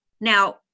Now